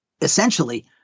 essentially